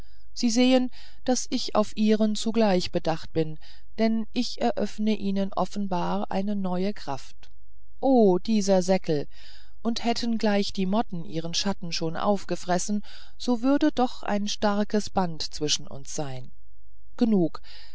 sie sehen daß ich auf ihren zugleich bedacht bin denn ich eröffne ihnen offenbar eine neue kraft o dieser säckel und hätten gleich die motten ihren schatten schon aufgefressen der würde noch ein starkes band zwischen uns sein genug